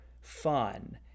fun